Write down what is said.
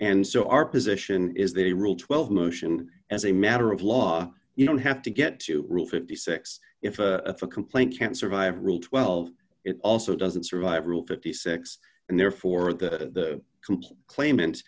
so our position is they rule twelve motion as a matter of law you don't have to get to rule fifty six if a complaint can't survive rule twelve it also doesn't survive rule fifty six and therefore the claimant